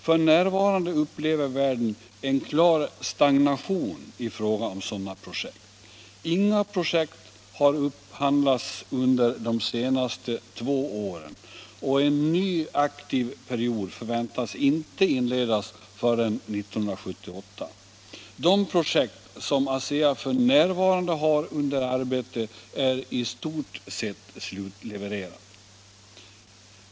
F.n. upplever världen en klar stagnation i fråga om sådana projekt. Inga projekt har upphandlats under de senaste två åren, och en ny aktiv period förväntas inte inledas förrän 1978. De projekt som ASEA f.n. har under arbete är i stort sett slutlevererade.